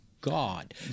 God